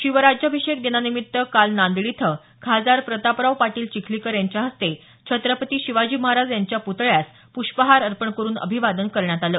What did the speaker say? शिवराज्याभिषेक दिनानिमित्त आज नांदेड इथं खासदार प्रतापराव पाटील चिखलीकर यांच्या हस्ते छत्रपती शिवाजी महाराज यांच्या पुतळयास पुष्पहार अपंण करून अभिवादन करण्यात आलं